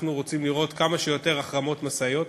אנחנו רוצים לראות כמה שיותר החרמות משאיות,